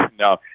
no